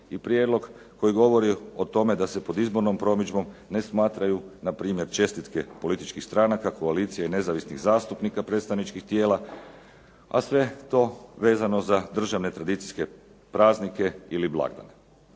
i prijedlog koji govori o tome da se pod izbornom promidžbom ne smatraju na primjer čestitke političkih stranaka, koalicije i nezavisnih zastupnika predstavničkih tijela, a sve to vezano za državne tradicijske praznike ili blagdane.